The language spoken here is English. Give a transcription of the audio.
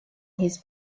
his